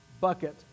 bucket